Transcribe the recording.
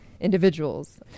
individuals